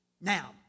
now